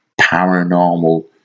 paranormal